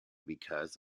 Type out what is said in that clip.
because